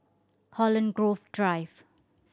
Holland Grove Drive